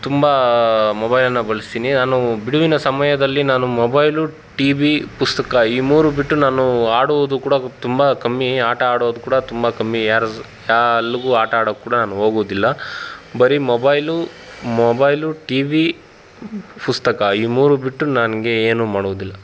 ತುಂಬ ಮೊಬೈಲನ್ನು ಬಳಸ್ತೀನಿ ನಾನು ಬಿಡುವಿನ ಸಮಯದಲ್ಲಿ ನಾನು ಮೊಬೈಲು ಟಿವಿ ಪುಸ್ತಕ ಈ ಮೂರು ಬಿಟ್ಟು ನಾನು ಆಡುವುದು ಕೂಡ ತುಂಬ ಕಮ್ಮಿ ಆಟ ಆಡೋದು ಕೂಡ ತುಂಬ ಕಮ್ಮಿ ಎಲ್ಗೂ ಆಟ ಆಡೋಕೆ ಕೂಡ ನಾನು ಹೋಗೋದಿಲ್ಲ ಬರಿ ಮೊಬೈಲು ಮೊಬೈಲು ಟಿವಿ ಪುಸ್ತಕ ಈ ಮೂರೂ ಬಿಟ್ಟು ನನಗೆ ಏನು ಮಾಡುವುದಿಲ್ಲ